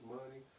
money